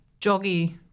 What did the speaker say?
joggy